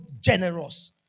generous